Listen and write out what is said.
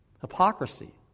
Hypocrisy